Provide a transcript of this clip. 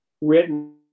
written